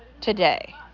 today